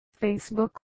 Facebook